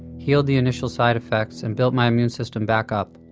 healed the initial side effects, and built my immune system back up.